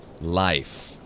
life